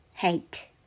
Hate